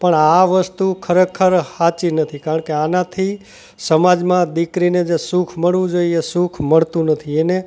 પણ આ વસ્તુ ખરેખર સાચી નથી કારણ કે આનાથી સમાજમાં દીકરીને જે સુખ મળવું જોઈએ એ સુખ મળતું નથી એને